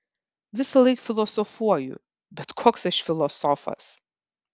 visąlaik filosofuoju bet koks aš filosofas